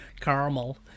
Caramel